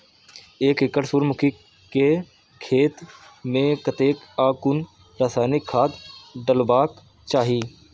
एक एकड़ सूर्यमुखी केय खेत मेय कतेक आ कुन रासायनिक खाद डलबाक चाहि?